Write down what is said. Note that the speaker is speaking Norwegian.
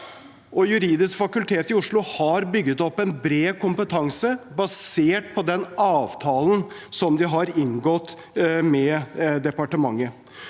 juridisk fakultet i Oslo har bygget opp en bred kompetanse basert på den avtalen som de har inngått med departementet.